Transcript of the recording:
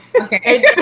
Okay